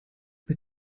mit